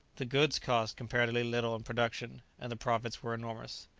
the goods cost comparatively little in production, and the profits were enormous.